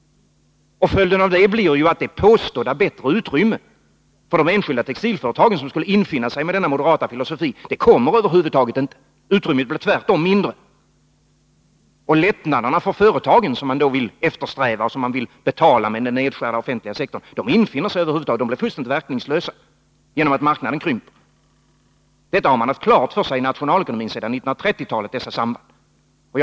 Följden av detta blir ju att det påstådda bättre utrymmet för de enskilda textilföretagen som skulle infinna sig enligt den moderata filosofin över huvud taget inte kommer till stånd. Utrymmet blir tvärtom mindre, och de lättnader för företagen som man vill eftersträva och som man vill betala med en nedskärning av den offentliga sektorn infinner sig inte heller. De blir 18 fullständigt verkningslösa genom att marknaden krymper. Dessa samband har man haft klar insikt om inom nationalekonomin sedan 1930-talet.